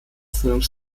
films